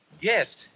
Yes